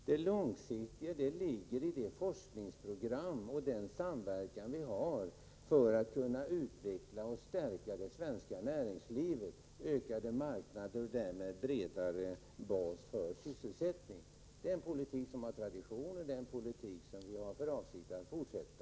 Det långsiktiga perspektivet anläggs i det forskningsprogram och i den samverkan vi har för att utveckla och stärka det svenska näringslivet, för att öka marknaderna och därmed ge en bredare bas för sysselsättningen. Det är en politik som har tradition, och det är en politik som vi har för avsikt att fortsätta.